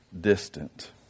distant